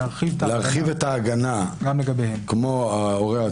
להרחיב את ההגנה, כמו ההורה העצמאי.